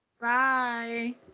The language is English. Bye